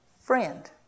friend